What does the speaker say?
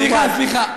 סליחה, סליחה.